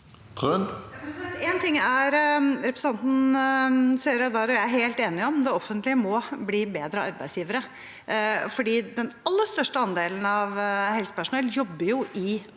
En ting er representanten Seher Aydar og jeg helt enige om: De offentlige må bli bedre arbeidsgivere, for den aller største andelen av helsepersonell jobber jo i offentlig